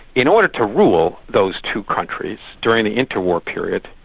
in order to rule those two countries during the inter-war period,